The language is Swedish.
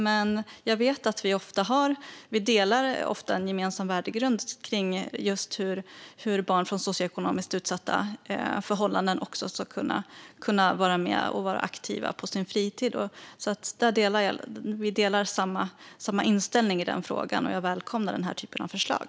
Men jag vet att vi ofta har en gemensam värdegrund när det gäller hur barn från socioekonomiskt utsatta förhållanden också ska kunna vara med och vara aktiva på sin fritid. Vi har samma inställning i den frågan, och jag välkomnar denna typ av förslag.